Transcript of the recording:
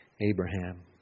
Abraham